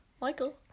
Michael